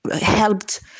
helped